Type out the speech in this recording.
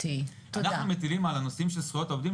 אנחנו מטילים על הנושאים של זכויות עובדים.